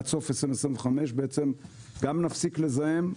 גם נפסיק לזהם,